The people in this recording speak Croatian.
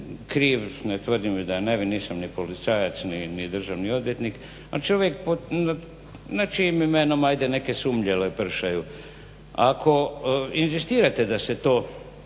kriv, ne tvrdim ni da je nevin, nisam ni policajac, ni državni odvjetnik ali čovjek nad čijim imenom ajde neke sumnje lepršaju. Ako inzistirajte da se to